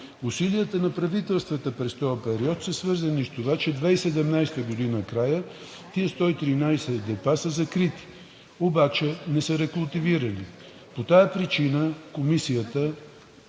Усилията на правителствата през този период са свързани с това, че в края на 2017 г. тези 113 депа са закрити, обаче не са рекултивирани. По тази причина Комисията по